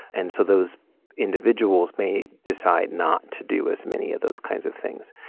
and so those individuals may decide not to do as many of those kinds of things.